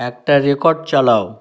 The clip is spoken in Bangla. একটা রেকর্ড চালাও